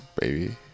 baby